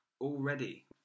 already